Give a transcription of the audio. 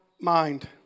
mind